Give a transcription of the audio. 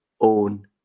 own